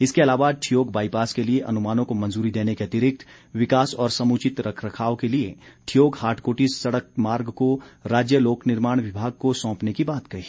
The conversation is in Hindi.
इसके अलावा ठियोग बाईपास के लिए अनुमानों को मंजूरी देने के अतिरिक्त विकास और समुचित रखरखाव के लिए ठियोग हाटकोटी सड़क मार्ग को राज्य लोकनिर्माण विभाग को सौंपने की बात कही